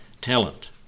talent